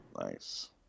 nice